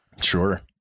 Sure